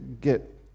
get